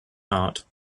heart